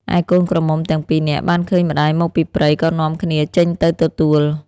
ឯកូនក្រមុំទាំងពីរនាក់ បានឃើញ ម្ដាយមកពីព្រៃក៏នាំគ្នាចេញទៅទទួល។